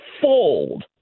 fold